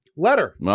Letter